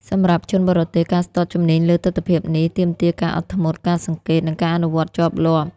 សម្រាប់ជនបរទេស ការស្ទាត់ជំនាញលើទិដ្ឋភាពនេះ ទាមទារការអត់ធ្មត់ ការសង្កេត និងការអនុវត្តជាប់លាប់។